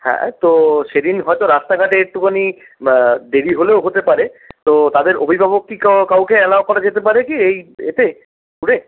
হ্যাঁ তো সেদিন হয়তো রাস্তাঘাটে একটুখানি দেরি হলেও হতে পারে তো তাদের অভিভাবক কি কাউকে অ্যালাও করা যেতে পারে কি এই এতে ট্যুরে